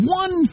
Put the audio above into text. one